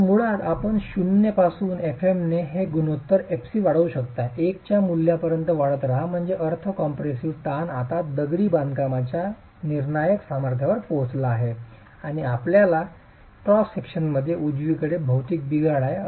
तर मुळात आपण 0 पासून fm ने हे गुणोत्तर fc वाढवू शकता 1 च्या मूल्यापर्यंत वाढत रहा म्हणजे अर्थ कम्प्रेशिव्ह ताण आता दगडी बांधकामाच्या निर्णायक सामर्थ्यावर पोहोचला आहे आणि आपल्याला क्रॉस सेक्शनमध्ये उजवीकडे भौतिक बिघाड आहे